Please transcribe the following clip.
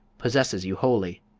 possesses you wholly.